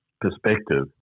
perspective